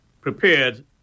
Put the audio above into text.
prepared